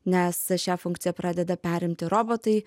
nes šią funkciją pradeda perimti robotai